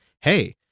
Hey